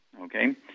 Okay